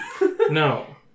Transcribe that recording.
No